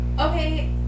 Okay